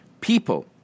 people